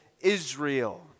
Israel